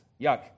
Yuck